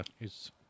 is-